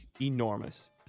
enormous